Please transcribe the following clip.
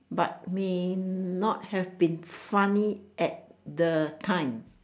but may not have been funny at the time